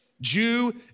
Jew